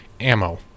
ammo